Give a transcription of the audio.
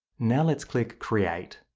now let's click create.